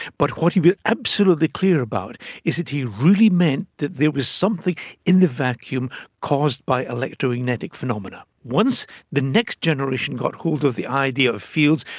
but what he was absolutely clear about is that he really meant that there was something in the vacuum caused by electromagnetic phenomena. once the next generation got hold of the idea of fields,